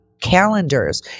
calendars